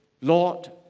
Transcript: Lord